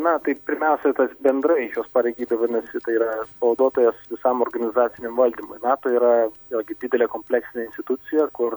na tai pirmiausia tas bendrai šios pareigybė vadinasi tai yra pavaduotojas visam organizaciniam valdymui nato yra vėlgi didelė kompleksinė institucija kur